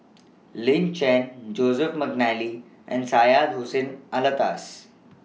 Lin Chen Joseph Mcnally and Hussein Alatas